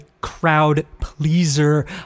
crowd-pleaser